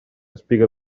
espiga